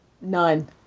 None